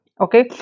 Okay